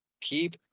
keep